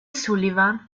sullivan